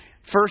First